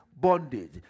bondage